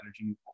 energy